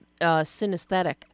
synesthetic